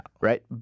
Right